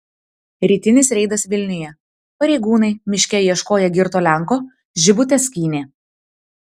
rytinis reidas vilniuje pareigūnai miške ieškoję girto lenko žibutes skynė